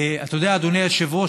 אתה יודע, אדוני היושב-ראש?